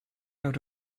out